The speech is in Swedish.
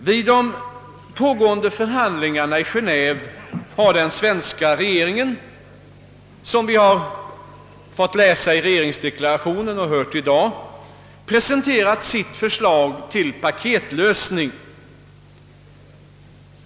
Vid de pågående förhandlingarna i Genéve har den svenska regeringen — som vi kunnat läsa i regeringsdeklarationen och fått höra i dag — presenterat sitt förslag till »paketlösning».